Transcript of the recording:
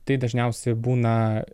tai dažniausiai būna